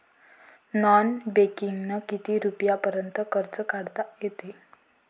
Non बँकिंगनं किती रुपयापर्यंत कर्ज काढता येते?